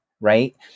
right